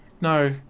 No